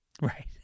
right